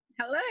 Hello